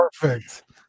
perfect